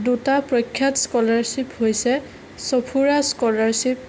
দুটা প্ৰখাত স্কলাৰছিপ হৈছে সঁফুৰা স্কলাৰছিপ